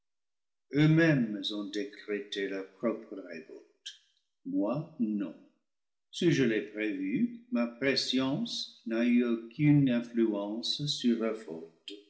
eux-mêmes ont décrété leur propre révolte moi non si je l'ai prévue ma prescience n'a eu aucune influence sur